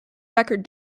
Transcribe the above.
record